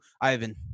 Ivan